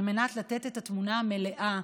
על מנת לתת את התמונה המלאה,